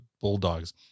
Bulldogs